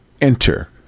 enter